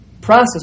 process